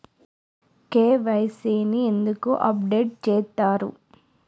KYC ని ఎందుకు update చేత్తరు?